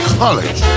college